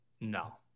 No